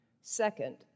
Second